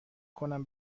کنم